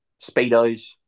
Speedos